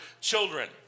children